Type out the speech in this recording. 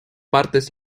partes